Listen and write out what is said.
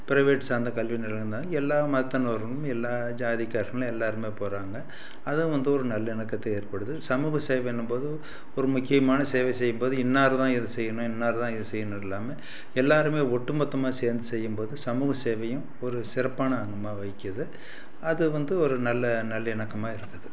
private சார்ந்த கல்வி நிலையம்தான் எல்லா மதத்தினரும் எல்லா ஜாதிக்காரங்களும் எல்லோருமே போகிறாங்க அதுவும் வந்து ஒரு நல்லிணக்கத்தை ஏற்படுது சமூக சேவை இன்னும் போது ஒரு முக்கியமான சேவை செய்யும் போது இன்னார் தான் இது செய்யணும் இன்னார் தான் இது செய்யணும் இல்லாமல் எல்லோருமே ஒட்டு மொத்தமாக சேர்ந்து செய்யும் போது சமூக சேவையும் ஒரு சிறப்பான அனுபவமாக வைக்குது அது வந்து ஒரு நல்ல நல்லிணக்கமாக இருக்குது